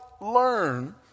learn